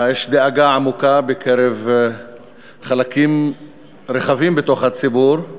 יש דאגה עמוקה בקרב חלקים רחבים בציבור מהתוצאות